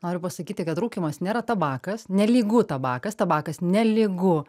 noriu pasakyti kad rūkymas nėra tabakas nelygu tabakas tabakas nelygu